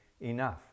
enough